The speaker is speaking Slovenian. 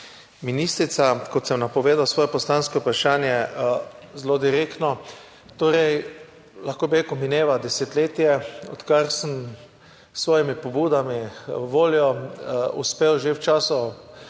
ministrica! Kot sem napovedal svoje poslansko vprašanje, zelo direktno. Lahko bi rekel, da mineva desetletje, odkar sem s svojimi pobudami, voljo uspel že v času